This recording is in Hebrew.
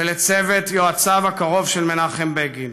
ולצוות יועציו הקרוב של מנחם בגין.